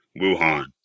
Wuhan